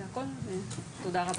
תודה רבה.